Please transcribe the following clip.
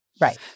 Right